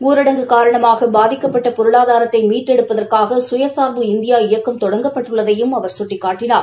ஊரடங்கு காரணமாக பாதிக்கப்பட்ட பொருளாதாரத்தை மீட்டெடுப்பதற்காக கயகாா்பு இந்தியா இயக்கம் தொடங்கப்பட்டுள்ளதையும் அவர் சுட்டிக்காட்டினார்